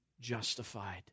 justified